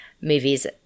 movies